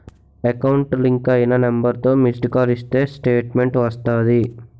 account link అయిన నెంబర్తో missed call ఇస్తే స్టేట్మెంటు వస్తాది